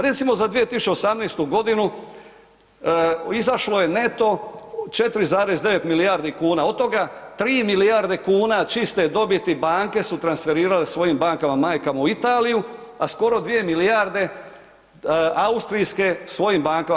Recimo za 2018. godinu izašlo je neto 4,9 milijardi kuna od toga 3 milijarde kuna čiste dobiti banke su transferirale svojim bankama majkama u Italiju, a skoro 2 milijarde austrijske svojim bankama.